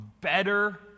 better